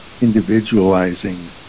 individualizing